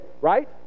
right